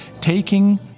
taking